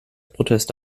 proteste